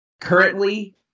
Currently